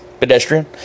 Pedestrian